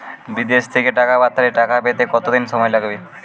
বিদেশ থেকে টাকা পাঠালে টাকা পেতে কদিন সময় লাগবে?